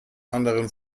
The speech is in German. anderen